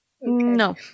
No